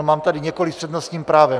Mám tady několik s přednostním právem.